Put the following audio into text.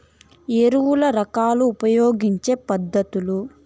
ఎరువుల రకాలు ఉపయోగించే పద్ధతులు?